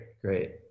Great